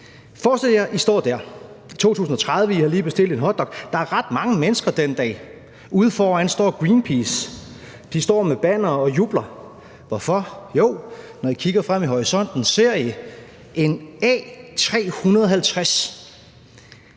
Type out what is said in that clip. Forestil jer, at I står dér i 2030 og lige har bestilt en hotdog. Der er ret mange mennesker den dag. Ude foran står Greenpeace med bannere og jubler. Hvorfor? Jo, når I kigger frem i horisonten, ser I en A350